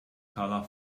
colour